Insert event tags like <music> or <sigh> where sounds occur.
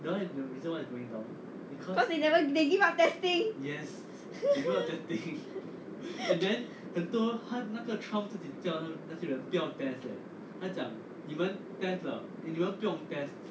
cause they never they give up testing <laughs>